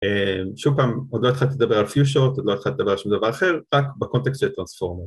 אהה שוב פעם, עוד לא התחלתי לדבר על few-shot, עוד לא התחלתי לדבר על שום דבר אחר, רק בקונטקסט של טרנספורמר